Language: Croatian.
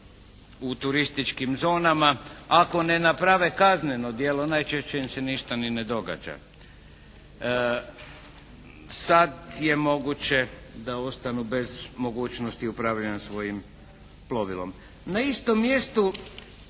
u turističkim zonama. Ako ne naprave kazneno djelo najčešće im se ništa ni ne događa. Sad je moguće da ostanu bez mogućnosti upravljanja svojim plovilom. Na istom mjestu